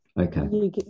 Okay